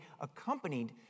accompanied